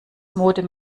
modem